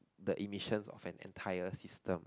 the emission of an entire system